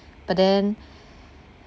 but then